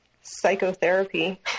psychotherapy